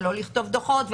לא לכתוב דוחות,